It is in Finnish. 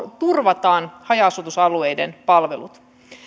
turvataan haja asustusalueiden palvelut